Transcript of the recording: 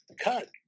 cut